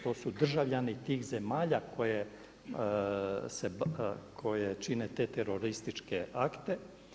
To su državljani tih zemalja koje čine te terorističke akte.